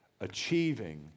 achieving